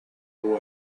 boy